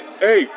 Hey